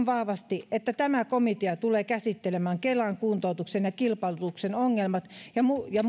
vahvasti että komiteatyön myötä tullaan käsittelemään kelan kuntoutuksen ja kilpailutuksen ongelmat ja